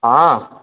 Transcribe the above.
हाँ